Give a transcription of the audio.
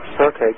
Okay